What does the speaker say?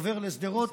עובר לשדרות,